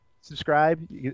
Subscribe